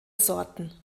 sorten